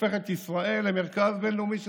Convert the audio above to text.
שהופכת את ישראל למרכז בין-לאומי של